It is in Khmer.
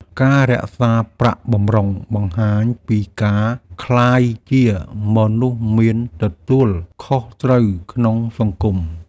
ការរក្សាប្រាក់បម្រុងបង្ហាញពីការក្លាយជាមនុស្សមានទទួលខុសត្រូវក្នុងសង្គម។